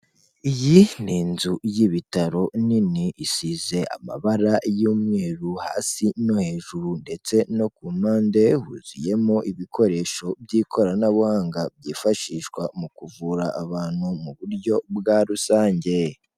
Iyi ni inzu y'ibitaro nini, isize amabara y'umweru hasi no hejuru ndetse no ku mpande, huzuyemo ibikoresho by'ikoranabuhanga, byifashishwa mu kuvura abantu mu buryo bwa rusange.